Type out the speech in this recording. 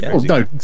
No